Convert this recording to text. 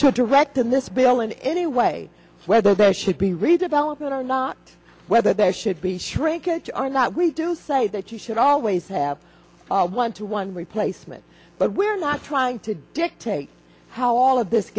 to direct in this bill in any way whether there should be redevelopment or not whether there should be shrinkage are not we do say that you should always have one to one replacement but we're not trying to dictate how all of this